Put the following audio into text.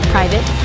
Private